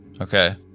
Okay